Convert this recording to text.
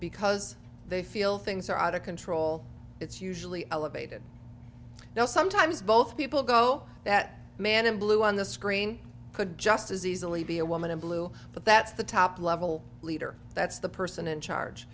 because they feel things are out of control it's usually elevated now sometimes both people go that man in blue on the screen could just as easily be a woman in blue but that's the top level leader that's the person in charge